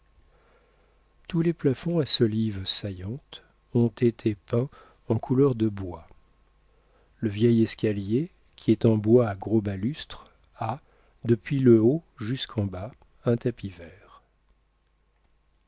tous les plafonds à solives saillantes ont été peints en couleur de bois le vieil escalier qui est en bois à gros balustres a depuis le haut jusqu'en bas un tapis vert